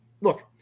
look